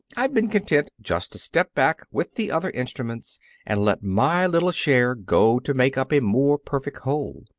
i've been content just to step back with the other instruments and let my little share go to make up a more perfect whole.